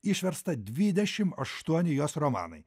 išversta dvidešimt aštuoni jos romanai